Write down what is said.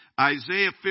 Isaiah